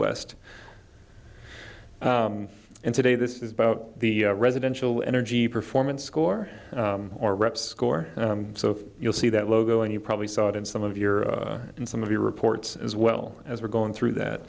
west and today this is about the residential energy performance score or rep score so you'll see that logo and you probably saw it in some of your in some of the reports as well as we're going through that